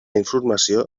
informació